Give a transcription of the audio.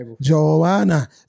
Joanna